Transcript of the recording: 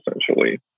essentially